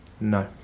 No